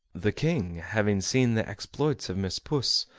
the king, having seen the exploits of miss puss,